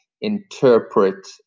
interpret